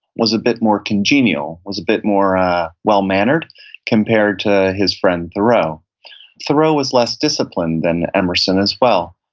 was a bit more congenial, was a bit more well-mannered compared to his friend thoreau thoreau was less disciplined than emerson, as well,